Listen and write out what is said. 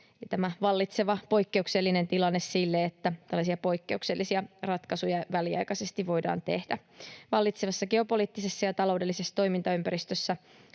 on siis se keskeinen perustelu sille, että tällaisia poikkeuksellisia ratkaisuja väliaikaisesti voidaan tehdä. Vallitsevassa geopoliittisessa ja taloudellisessa toimintaympäristössä